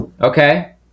okay